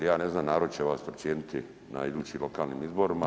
Ja ne znam, narod će vas procijeniti na idućim lokalnim izborima.